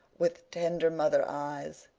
with tender mother eyes,